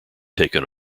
taken